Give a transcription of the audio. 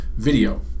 Video